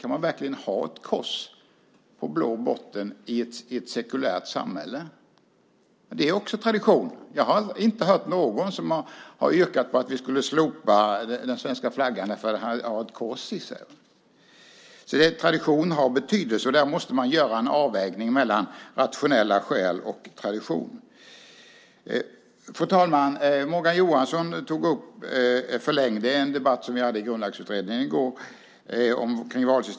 Kan man verkligen ha ett kors på blå botten i ett sekulärt samhälle? Det är också tradition. Jag har inte hört någon som har yrkat på att vi ska slopa den svenska flaggan för att den har ett kors. Tradition har betydelse. Man måste göra en avvägning mellan rationella skäl och tradition. Fru talman! Morgan Johansson förlängde den debatt om valsystemet som vi hade i Grundlagsutredningen i går.